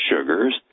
sugars